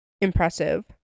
impressive